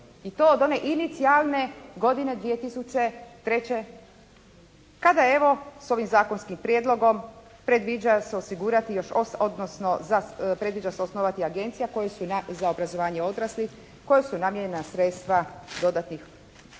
i to od one inicijalne godine 2003. kada je evo s ovim Zakonskim prijedlogom predviđa se osigurati, odnosno predviđa se osnovati Agencija za obrazovanje odraslih kojoj su namijenjena sredstva dodatnih gotovo